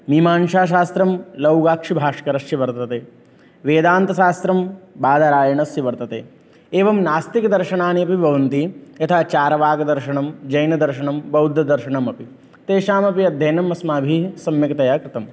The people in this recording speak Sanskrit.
मिमांसाशास्त्रं लौगाक्षिभास्करस्य वर्तते वेदान्तशास्त्रं बादरायणस्य वर्तते एवं नास्तिकदर्शनान्यपि भवन्ति यथा चार्वाक दर्शनं जैनदर्शनं बौद्धदर्शनम् अपि तेषामपि अध्ययनम् अस्माभिः सम्यक्तया कृतम्